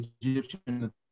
Egyptian